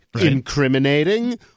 Incriminating